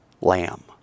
lamb